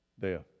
Death